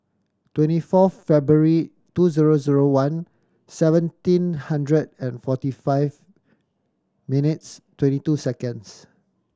twenty four February two zero zero one seventeen hundred and forty five minutes twenty two seconds